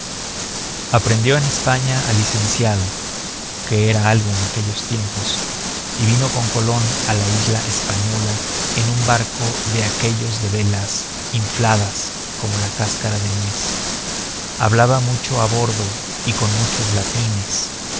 aprendió en españa a licenciado que era algo en aquellos tiempos y vino con colón a la isla española en un barco de aquellos de velas infladas y como cáscara de nuez hablaba mucho a bordo y con muchos latines